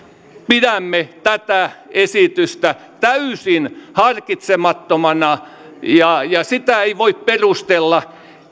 pidämme tätä esitystä täysin harkitsemattomana ja ja sitä ei voi perustella